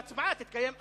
והצבעה תתקיים עכשיו.